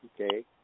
Okay